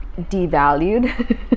devalued